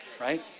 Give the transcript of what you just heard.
right